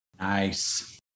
Nice